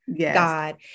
God